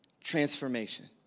transformation